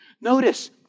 Notice